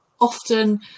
often